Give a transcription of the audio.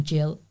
Jill